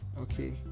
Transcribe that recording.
Okay